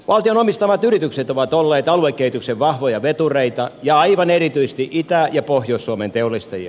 valtion omistamat yritykset ovat olleet aluekehityksen vahvoja vetureita ja aivan erityisesti itä ja pohjois suomen teollistajia